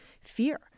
fear